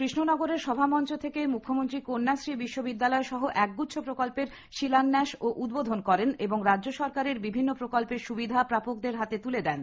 কৃষ্ণনগরের সভামঞ্চ থেকে মুখ্যমন্ত্রী কন্যাশ্রী বিশ্ববিদ্যালয় সহ একগুচ্ছ প্রকল্পের শিলান্যাস ও উদ্বোধন করেন এবং রাজ্য সরকার বিভিন্ন প্রকল্পের সুবিধা প্রাপকদের হাতে তুলে দেন